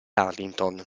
arlington